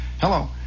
Hello